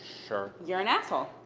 sure. you're an asshole.